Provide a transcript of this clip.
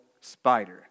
spider